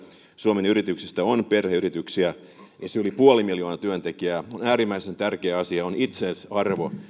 suomen yrityksistä on perheyrityksiä niissä on yli puoli miljoonaa työntekijää on äärimmäisen tärkeä asia on itseisarvo